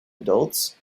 adults